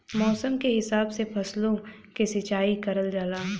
मौसम के हिसाब से फसलो क सिंचाई करल जाला